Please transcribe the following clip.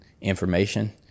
information